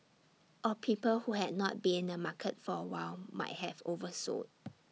or people who had not been in the market for A while might have oversold